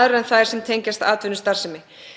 aðrar en þær sem tengjast atvinnustarfsemi.